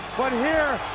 but here